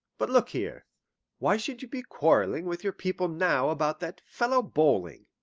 but look here why should you be quarrelling with your people now about that fellow bowling?